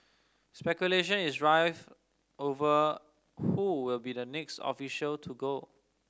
speculation is rife over who will be the next official to go